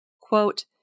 Quote